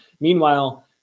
Meanwhile